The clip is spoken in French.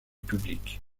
public